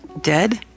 dead